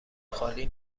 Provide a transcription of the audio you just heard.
خالی